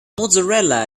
mozzarella